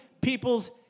people's